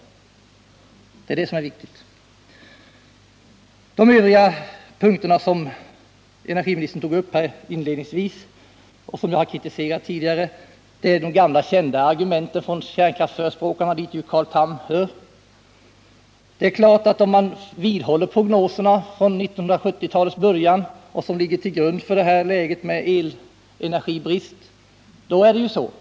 De punkter som energiministern tog upp inledningsvis och som jag tidigare kritiserat innehåller de gamla kända argumenten från kärnkraftsförespråkarna, till vilka Carl Tham hör. Prognoserna från 1970-talet grundar sig på ett läge med elenergibrist.